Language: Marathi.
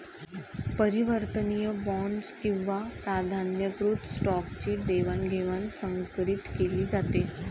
परिवर्तनीय बॉण्ड्स किंवा प्राधान्यकृत स्टॉकची देवाणघेवाण संकरीत केली जाते